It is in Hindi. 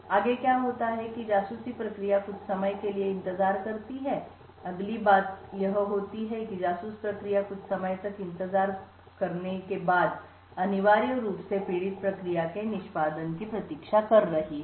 आगे क्या होता है कि जासूसी प्रक्रिया कुछ समय के लिए इंतजार करती है अगली बात यह होती है कि जासूस प्रक्रिया कुछ समय तक इंतजार करती है और अनिवार्य रूप से पीड़ित प्रक्रिया के निष्पादन की प्रतीक्षा कर रही है